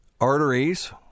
Arteries